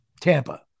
Tampa